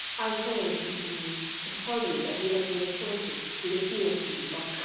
i came he continued, to tell you that you have been appointed to the curacy of